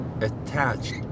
Attached